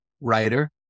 Writer